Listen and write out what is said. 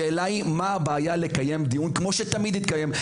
השאלה היא מה הבעיה לקיים דיון כמו שתמיד התקיים.